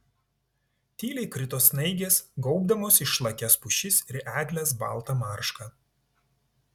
tyliai krito snaigės gaubdamos išlakias pušis ir egles balta marška